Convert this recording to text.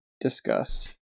disgust